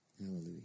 Hallelujah